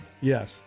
Yes